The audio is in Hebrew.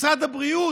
משרד הבריאות,